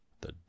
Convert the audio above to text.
The